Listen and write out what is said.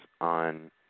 on